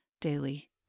daily